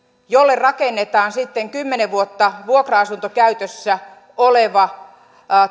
jolle rakennetaan sitten kymmenen vuotta vuokra asuntokäytössä oleva